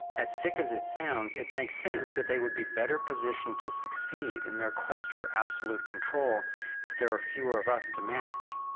as sick as it sounds, it makes sense that they would be better positioned to succeed in their quest for absolute control if there are fewer of us to manage.